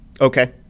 Okay